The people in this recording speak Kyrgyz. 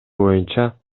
боюнча